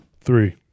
Three